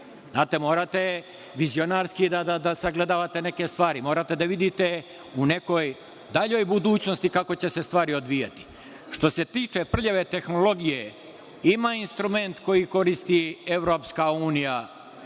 Morate vizionarski da sagledavate neke stvari. Morate da vidite u nekoj daljoj budućnosti kako će se stvari odvijati. Što se tiče prljave tehnologije, ima instrument koji koristi EU, odnosno